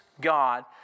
God